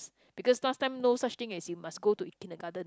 because last time no such thing as you must go to Kindergarten